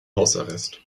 hausarrest